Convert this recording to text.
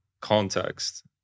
context